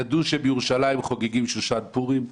ידעו שבירושלים חוגגים שושן פורים.